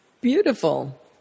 Beautiful